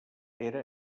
era